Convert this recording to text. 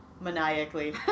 maniacally